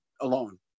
alone